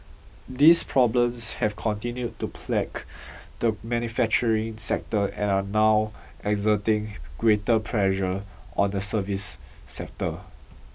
these problems have continued to plague the manufacturing sector and are now exerting greater pressure on the service sector